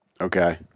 okay